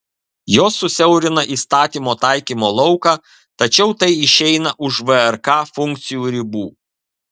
jos susiaurina įstatymo taikymo lauką tačiau tai išeina už vrk funkcijų ribų